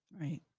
Right